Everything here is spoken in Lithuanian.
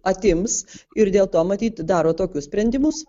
atims ir dėl to matyt daro tokius sprendimus